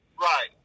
Right